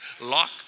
lock